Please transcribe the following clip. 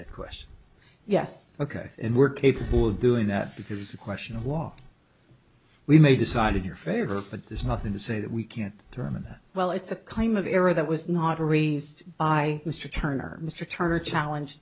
that question yes ok and we're capable of doing that because the question of law we may decide in your favor but there's nothing to say that we can't determine that well it's a kind of error that was not raised by mr turner mr turner challenge